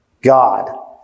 God